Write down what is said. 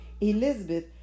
elizabeth